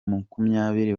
makumyabiri